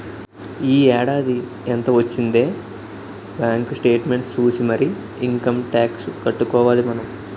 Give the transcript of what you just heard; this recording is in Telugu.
ఈ ఏడాది ఎంత వొచ్చిందే బాంకు సేట్మెంట్ సూసి మరీ ఇంకమ్ టాక్సు కట్టుకోవాలి మనం